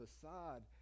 facade